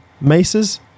maces